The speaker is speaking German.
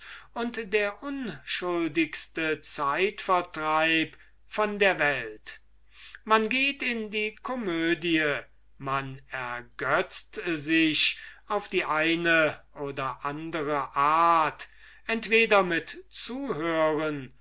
und der unschuldigste zeitvertreib von der welt man geht in die komödie man amüsiert sich auf die eine oder andere art entweder mit zuhören